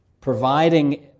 providing